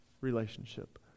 relationship